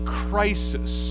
crisis